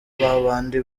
babandi